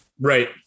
Right